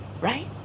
right